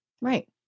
Right